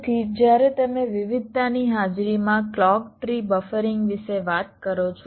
તેથી જ્યારે તમે વિવિધતાની હાજરીમાં ક્લૉક ટ્રી બફરિંગ વિશે વાત કરો છો